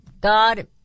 God